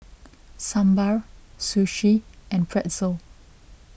Sambar Sushi and Pretzel